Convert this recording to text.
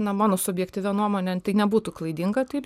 na mano subjektyvia nuomone tai nebūtų klaidinga taip